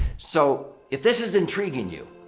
so, if this is intriguing you,